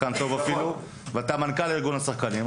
ואתה מנכ"ל ארגון השחקנים.